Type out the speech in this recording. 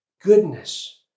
goodness